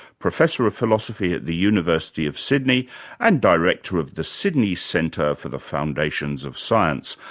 professor of philosophy at the university of sydney and director of the sydney centre for the foundations of science.